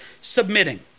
submitting